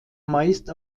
meist